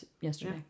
yesterday